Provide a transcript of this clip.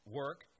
work